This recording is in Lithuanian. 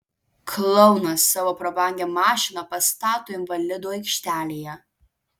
klounas savo prabangią mašiną pastato invalidų aikštelėje